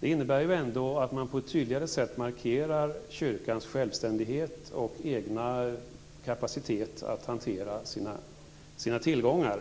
Det innebär att man på ett tydligare sätt markerar kyrkans självständighet och egen kapacitet att hantera sina tillgångar.